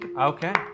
Okay